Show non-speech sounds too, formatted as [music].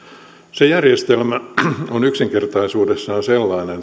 se järjestelmä on yksinkertaisuudessaan sellainen [unintelligible]